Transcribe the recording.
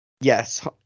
Yes